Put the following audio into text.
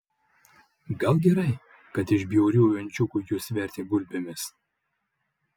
gal gerai kad iš bjauriųjų ančiukų jus vertė gulbėmis